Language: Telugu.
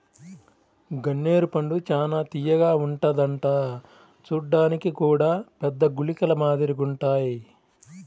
గన్నేరు పండు చానా తియ్యగా ఉంటదంట చూడ్డానికి గూడా పెద్ద గుళికల మాదిరిగుంటాయ్